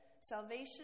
salvation